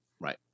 Right